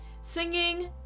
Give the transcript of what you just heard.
singing